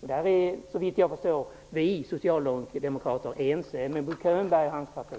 På den punkten är såvitt jag förstår vi socialdemokrater ense med Bo Könberg och hans parti.